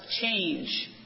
change